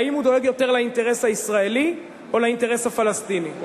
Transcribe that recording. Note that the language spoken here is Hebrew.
האם הוא דואג יותר לאינטרס הישראלי או לאינטרס הפלסטיני?